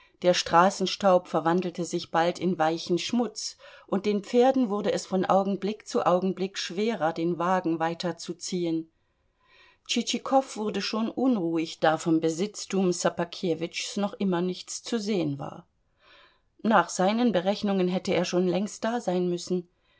der straßenstaub verwandelte sich bald in weichen schmutz und den pferden wurde es von augenblick zu augenblick schwerer den wagen weiterzuziehen tschitschikow wurde schon unruhig da vom besitztum ssobakewitschs noch immer nichts zu sehen war nach seinen berechnungen hätte er schon längst da sein müssen